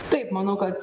taip manau kad